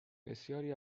بسیاری